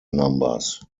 numbers